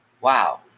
wow